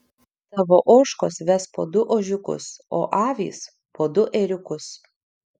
tavo ožkos ves po du ožiukus o avys po du ėriukus